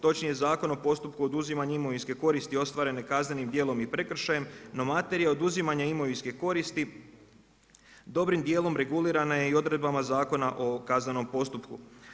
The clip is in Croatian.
Točnije Zakon o postupku oduzimanja imovinske koristi ostvarene kaznenim djelom i prekršajem, no materija oduzimanja imovinske koristi dobrim dijelom regulirana je i odredbama Zakona o kaznenom postupku.